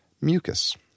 mucus